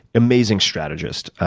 amazing strategist